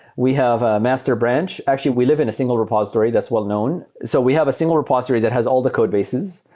we have a master branch. actually, we live in a single repository that's well-known. so we have a single repository that has all the codebases.